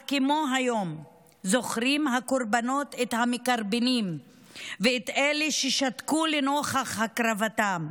אז כמו היום זוכרים הקורבנות את המקרבנים ואת אלו ששתקו לנוכח הקרבתם,